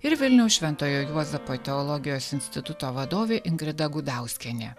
ir vilniaus šventojo juozapo teologijos instituto vadovė ingrida gudauskienė